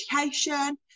education